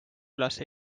üles